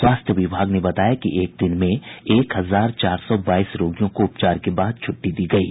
स्वास्थ्य विभाग ने बताया कि एक दिन में एक हजार चार सौ बाईस रोगियों को उपचार के बाद छुट्टी दी गयी